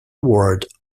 word